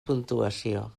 puntuació